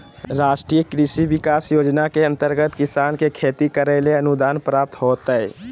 राष्ट्रीय कृषि विकास योजना के अंतर्गत किसान के खेती करैले अनुदान प्राप्त होतय